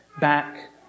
back